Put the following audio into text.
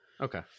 Okay